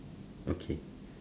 okay